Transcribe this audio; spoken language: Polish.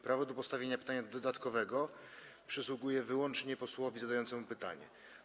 Prawo do postawienia pytania dodatkowego przysługuje wyłącznie posłowi zadającemu pytanie.